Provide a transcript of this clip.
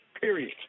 period